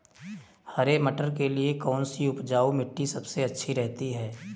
हरे मटर के लिए कौन सी उपजाऊ मिट्टी अच्छी रहती है?